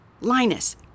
Linus